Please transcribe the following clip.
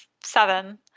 seven